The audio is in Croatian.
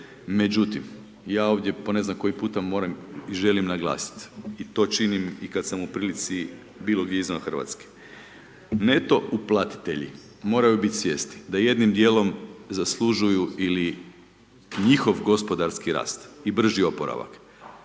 međutim, ja ovdje po ne znam koji puta moram i želim naglasiti i to činim i kad sam u prilici bilo gdje izvan Hrvatske. Neto uplatitelji moraju biti svjesni da jednim dijelom zaslužuju ili njihov gospodarski rast i brži oporavak